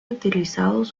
utilizados